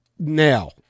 Now